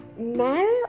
Narrow